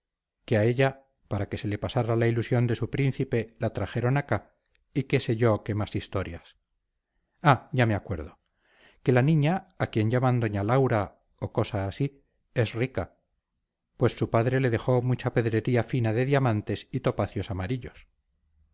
que a ella para que se le pasara la ilusión de su príncipe la trajeron acá y qué sé yo qué más historias ah ya me acuerdo que la niña a quien llaman doña laura o cosa así es rica pues su padre le dejó mucha pedrería fina de diamantes y topacios amarillos